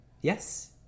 Yes